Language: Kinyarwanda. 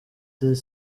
diane